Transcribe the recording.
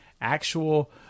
actual